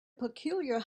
peculiar